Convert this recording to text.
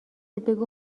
بگو